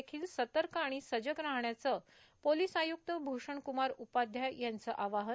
देखील सतर्क आणि सजग राहण्याचं पोलीस आय्क्त भ्षणक्मार उपाध्याय यांचा आवाहन